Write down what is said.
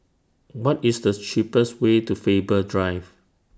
What IS The cheapest Way to Faber Drive